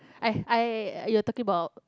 I I you're talking about